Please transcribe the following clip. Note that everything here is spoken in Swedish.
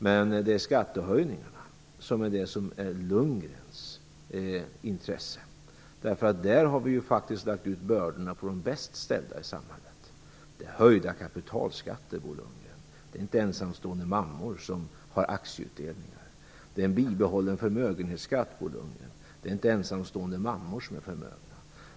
Men det är skattehöjningarna som är det som är Lundgrens intresse. Där har vi faktiskt lagt ut bördorna på de bäst ställda i samhället. Det är höjda kapitalskatter, Bo Lundgren. Det är inte ensamstående mammor som har aktieutdelningar. Det är en bibehållen förmögenhetsskatt, Bo Lundgren. Det är inte ensamstående mammor som är förmögna.